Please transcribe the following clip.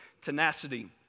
tenacity